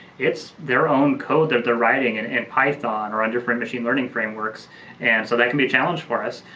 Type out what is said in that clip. it's their own code that they're writing in and and python or on different machine learning frameworks and so that can be a challenge for us.